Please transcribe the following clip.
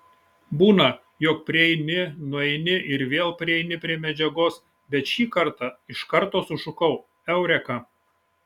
būna jog prieini nueini ir vėl prieini prie medžiagos bet šį kartą iš karto sušukau eureka